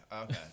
Okay